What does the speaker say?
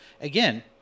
again